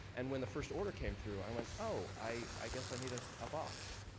and when the first order came through, i went, oh, i guess i need a ah box.